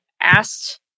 asked